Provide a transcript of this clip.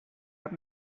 are